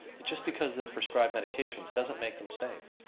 that just because they're prescribed medications doesn't make them safe.